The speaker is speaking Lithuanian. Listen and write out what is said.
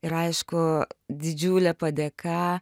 ir aišku didžiulė padėka